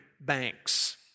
banks